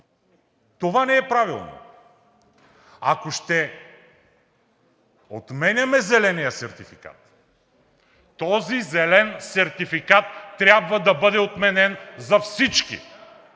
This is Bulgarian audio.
това не е правилно. Ако ще отменяме зеления сертификат, този зелен сертификат трябва да бъде отменен за всички.